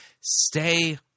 Stay